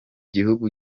gihugu